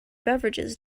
beverages